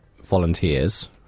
volunteers